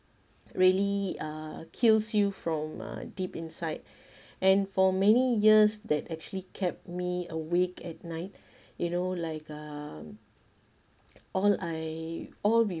really uh kills you from uh deep inside and for many years that actually kept me awake at night you know like um all I all we